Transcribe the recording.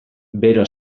bero